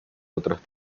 otros